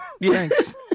thanks